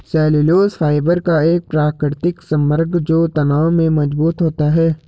cellulose fibre का एक प्राकृतिक समग्र जो तनाव में मजबूत होता है